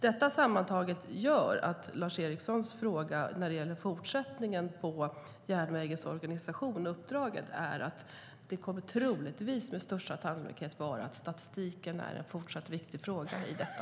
Detta sammantaget gör att svaret på Lars Erikssons fråga när det gäller fortsättningen på järnvägens organisation och uppdraget är detta: Det kommer troligtvis, och med största sannolikhet, att vara så att statistiken är en fortsatt viktig fråga i detta.